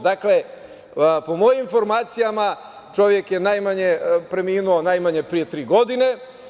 Dakle, po mojim informacijama, čovek je preminuo najmanje pre tri godine.